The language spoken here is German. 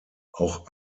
auch